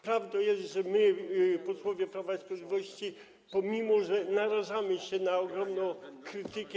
Prawdą jest, że my, posłowie Prawa i Sprawiedliwości, mimo że narażamy się na ogromną krytykę.